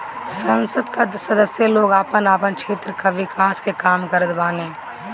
संसद कअ सदस्य लोग आपन आपन क्षेत्र कअ विकास के काम करत बाने